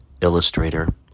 illustrator